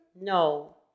No